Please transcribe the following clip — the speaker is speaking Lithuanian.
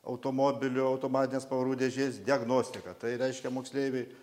automobilių automatinės pavarų dėžės diagnostiką tai reiškia moksleiviai